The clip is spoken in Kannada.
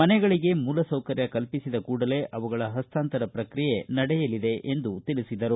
ಮನೆಗಳಿಗೆ ಮೂಲಸೌಕರ್ಯ ಕಲ್ಪಿಸಿದ ಕೂಡಲೇ ಅವುಗಳ ಹಸ್ತಾಂತರ ಪ್ರಕ್ರಿಯೆ ನಡೆಯಲಿದೆ ಎಂದರು